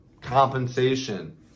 compensation